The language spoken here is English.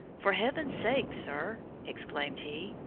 for heaven's sake, sir, exclaimed he,